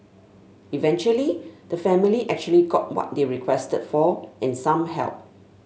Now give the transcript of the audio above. eventually the family actually got what they requested for and some help